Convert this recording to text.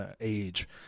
age